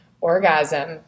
orgasm